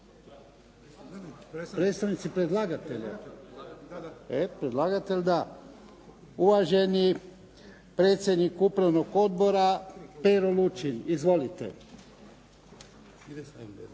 Predstavnici predlagatelja! E, predlagatelj da. Uvaženi predsjednik Upravnog odbora Pero Lučin. Izvolite. **Lučin, Pero**